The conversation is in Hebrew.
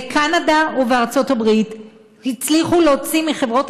בקנדה ובארצות הברית הצליחו להוציא מחברות